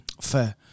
Fair